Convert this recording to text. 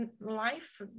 life